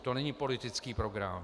To není politický program.